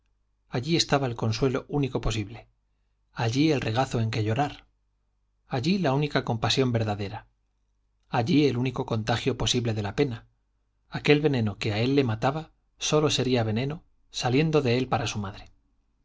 allí estaba el consuelo único posible allí el regazo en que llorar allí la única compasión verdadera allí el único contagio posible de la pena aquel veneno que a él le mataba sólo sería veneno saliendo de él para su madre